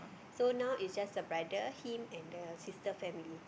so now is just a brother him and the sister family